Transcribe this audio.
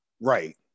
Right